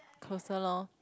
closer lor